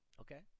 Okay